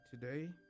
today